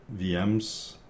VMs